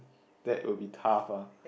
that will be tough ah